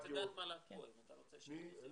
נציגת מל"ג פה, אם אתה רוצה שהיא תתייחס.